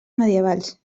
medievals